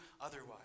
otherwise